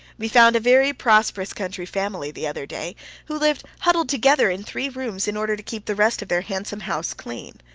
we found a very prosperous country family the other day, who lived huddled together in three rooms in order to keep the rest of their handsome house clean.